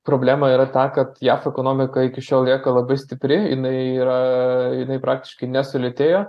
problema yra ta kad jav ekonomika iki šiol lieka labai stipri jinai yra jinai praktiškai nesulėtėjo